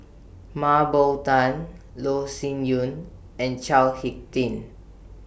Mah Bow Tan Loh Sin Yun and Chao Hick Tin